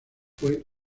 fue